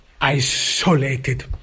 isolated